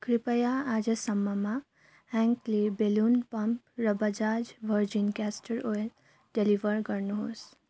कृपया आजसम्ममा ह्यान्क्ले बेलुन पम्प र Bajaj virgin castor oil deliver गर्नुहोस्